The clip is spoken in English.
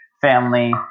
family